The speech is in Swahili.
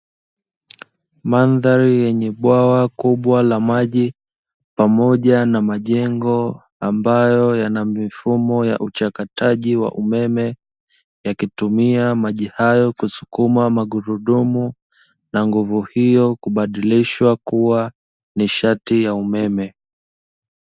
Madhari yenye bwawa kubwa la maji pamoja na majengo ambayo yana mifumo ya uchakataji wa umeme, yakitumia maji hayo kusukuma magurudumu na nguvu hiyo hubadilishwa kuwa nishati ya umeme